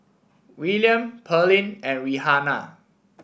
Willaim Pearline and Rihanna